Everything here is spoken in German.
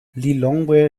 lilongwe